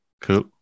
Cool